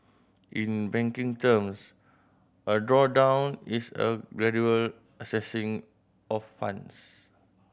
in banking terms a drawdown is a gradual accessing of funds